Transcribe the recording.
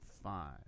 Five